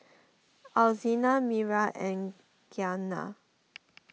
Alzina Miriah and Giana